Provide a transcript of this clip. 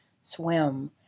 swim